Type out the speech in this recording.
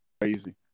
crazy